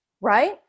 right